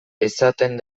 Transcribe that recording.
esaten